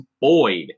Boyd